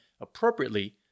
appropriately